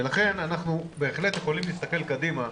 ולכן אנחנו בהחלט יכולים להסתכל קדימה,